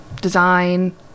design